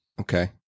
Okay